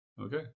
Okay